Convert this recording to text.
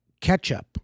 ketchup